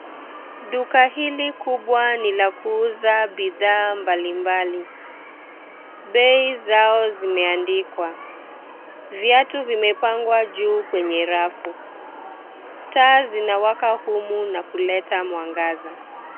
Duka hili kubwa ni la kuuza bidhaa mbalimbali. Bei zao zimeandikwa. Viatu vimepangwa juu kwenye rafu. Taa zinawaka humu na kuleta mwangaza.